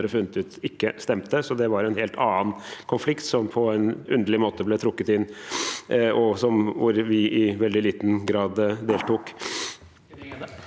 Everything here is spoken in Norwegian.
funnet ut ikke stemte, så det var en helt annen konflikt som på en underlig måte ble trukket inn, og hvor vi i veldig liten grad deltok.